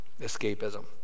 escapism